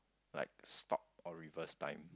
like stop or reverse time